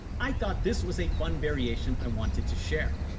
i thought this was a fun variation i wanted to share.